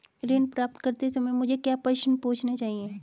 ऋण प्राप्त करते समय मुझे क्या प्रश्न पूछने चाहिए?